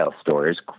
stores